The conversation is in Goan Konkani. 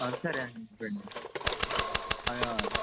हांव तर येजे भेंडे हय हय